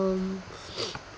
um